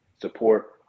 support